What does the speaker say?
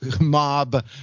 mob